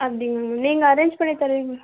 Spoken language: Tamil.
அப்படிங்க மேம் நீங்கள் அரேஞ்சு பண்ணித்தருவீங்களா